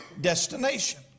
destination